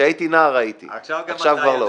כשהייתי נער ראיתי, עכשיו כבר לא.